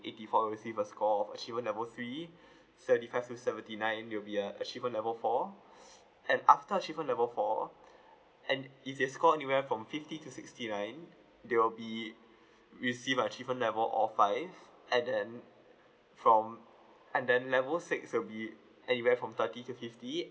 eighty four will receive a score of achievement level three thirty five to seventy nine it'll be err achievement level four and after achievement level four and if they score anywhere from fifty to sixty nine they will be receive achievement level of five and then from and then level six will be anywhere from thirty to fifty